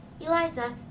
eliza